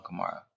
Kamara